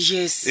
Yes